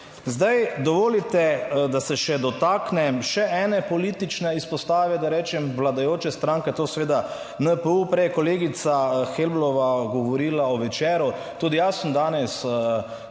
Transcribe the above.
Zdaj, dovolite, da se še dotaknem še ene politične izpostave, da rečem, vladajoče stranke, to seveda NPU. Prej je kolegica Helblova govorila o Večeru. Tudi jaz sem danes bil